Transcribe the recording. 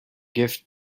gift